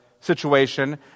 situation